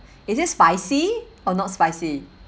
is it spicy or not spicy